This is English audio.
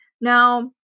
Now